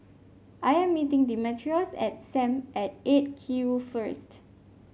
I am meeting Demetrios at Sam at Eight Q first